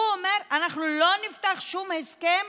הוא אומר: אנחנו לא נפתח שום הסכם